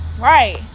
Right